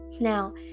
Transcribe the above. Now